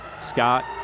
Scott